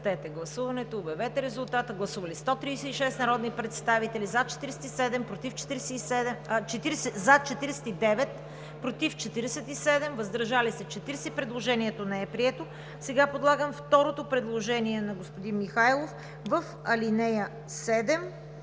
Сега подлагам второто предложение на господин Михайлов – в ал. 7